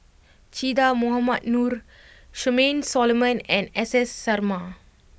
Che Dah Mohamed Noor Charmaine Solomon and S S Sarma